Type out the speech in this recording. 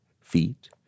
feet